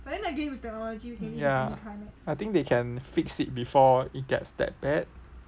ya I think they can fix it before it gets that bad